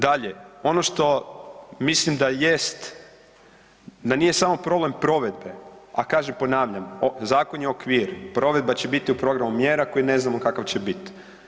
Dalje, ono što mislim da jest, da nije samo problem provedbe, a kažem, ponavljam, zakon je okvir, provedba će biti u programu mjera koje ne znamo kakav će biti.